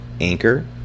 Anchor